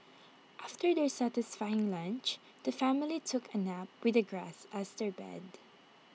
after their satisfying lunch the family took A nap with the grass as their bed